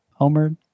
homered